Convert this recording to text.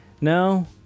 No